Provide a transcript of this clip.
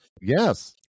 Yes